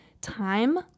time